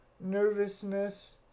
nervousness